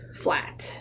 flat